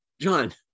John